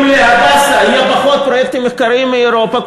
אם ל"הדסה" יהיו פחות פרויקטים מחקריים מאירופה,